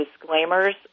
disclaimers